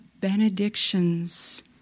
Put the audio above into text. benedictions